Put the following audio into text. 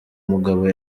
mugabo